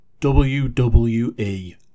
WWE